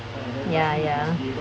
ya ya